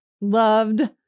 Loved